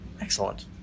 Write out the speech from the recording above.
excellent